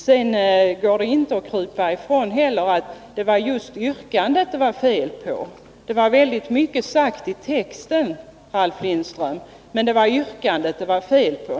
Det går heller inte att krypa ifrån att det var just yrkandet det var fel på. Mycket var sagt i texten, Ralf Lindström, men det var yrkandet det var fel på.